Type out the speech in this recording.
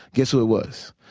guess who it was?